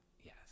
Yes